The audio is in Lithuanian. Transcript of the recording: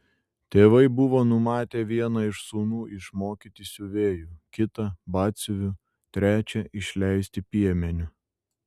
tėvai buvo numatę vieną iš sūnų išmokyti siuvėju kitą batsiuviu trečią išleisti piemeniu